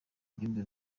ibyumba